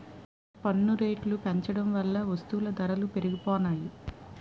పన్ను రేట్లు పెంచడం వల్ల వస్తువుల ధరలు పెరిగిపోనాయి